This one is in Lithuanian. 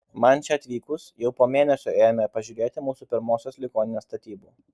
man čia atvykus jau po mėnesio ėjome pažiūrėti mūsų pirmosios ligoninės statybų